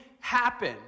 happen